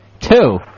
Two